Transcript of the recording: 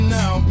now